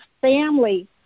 family